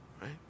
Right